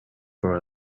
for